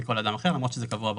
לא מכל אדם אחר למרות שזה קבוע בחוק.